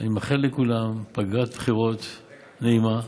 אני מאחל לכולם פגרת בחירות נעימה.